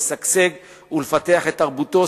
לשגשג ולפתח את תרבותו,